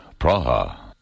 Praha